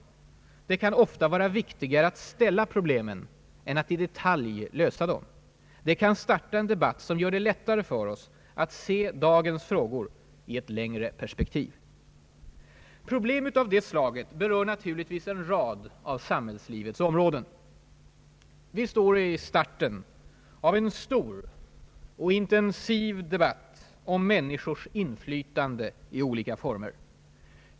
Det kan ofta vara viktigare att ställa problemen än att i detalj lösa dem. Det kan starta en debatt som gör det lättare för oss att se dagens frågor i ett längre perspektiv. Problem av det slaget berör naturligtvis en rad av samhällslivets områden. Vi står i starten av en stor och intensiv debatt om människors inflytande i olika former.